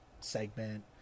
segment